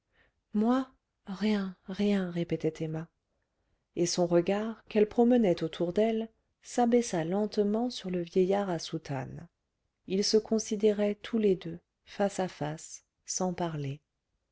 moi rien rien répétait emma et son regard qu'elle promenait autour d'elle s'abaissa lentement sur le vieillard à soutane ils se considéraient tous les deux face à face sans parler